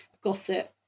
gossip